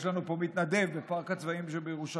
יש לנו פה מתנדב בפארק הצבאים שבירושלים.